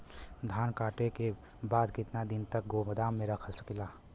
धान कांटेके बाद कितना दिन तक गोदाम में रख सकीला?